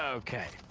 ah okay.